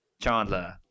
Chandler